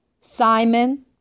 Simon